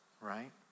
right